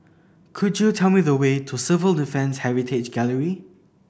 could you tell me the way to Civil Defence Heritage Gallery